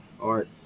art